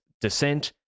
descent